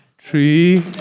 Three